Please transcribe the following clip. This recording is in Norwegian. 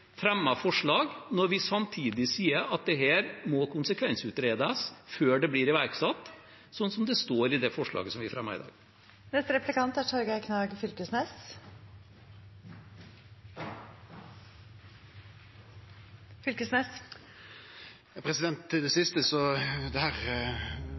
forslag når vi samtidig sier at dette må konsekvensutredes før det blir iverksatt, slik det står i det forslaget som vi fremmer i dag. Til det siste: Det er enno ei stund til strukturkvotane kjem tilbake, og det